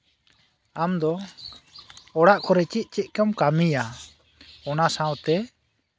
ᱟᱢᱫᱚ ᱚᱲᱟᱜ ᱠᱚᱨᱮ ᱪᱮᱫ ᱪᱮᱫ ᱠᱚᱢ ᱠᱟᱹᱢᱤᱭᱟ ᱚᱱᱟ ᱥᱟᱶᱛᱮ